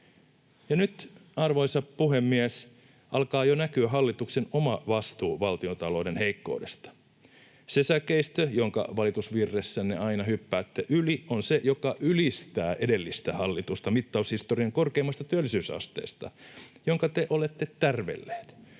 nyt, arvoisa puhemies, alkaa jo näkyä hallituksen oma vastuu valtiontalouden heikkoudesta. Se säkeistö, jonka valitusvirressänne aina hyppäätte yli, on se, joka ylistää edellistä hallitusta mittaushistorian korkeimmasta työllisyysasteesta, jonka te olette tärvelleet.